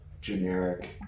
generic